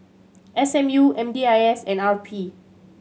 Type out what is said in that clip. S M U M D I S and R P